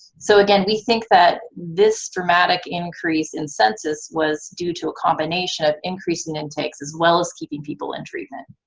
so again, we think that this dramatic increase in census was due to a combination of increasing intakes, as well as keeping people in treatment.